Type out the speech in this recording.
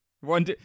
One